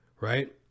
Right